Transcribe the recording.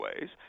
ways